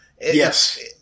Yes